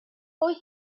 oes